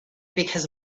because